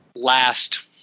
last